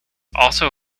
also